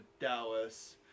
Dallas